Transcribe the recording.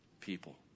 people